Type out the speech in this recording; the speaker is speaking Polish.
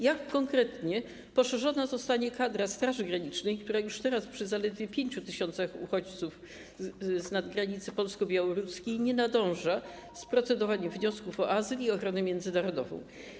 Jak konkretnie poszerzona zostanie kadra Straży Granicznej, która już teraz przy zaledwie 5 tys. uchodźców znad granicy polsko-białoruskiej nie nadąża z procedowaniem wniosków o azyl i ochronę międzynarodową?